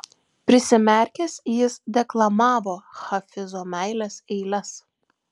prisimerkęs jis deklamavo hafizo meilės eiles